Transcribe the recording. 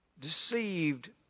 deceived